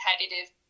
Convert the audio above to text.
competitive